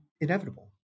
inevitable